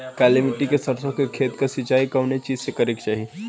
काली मिट्टी के सरसों के खेत क सिंचाई कवने चीज़से करेके चाही?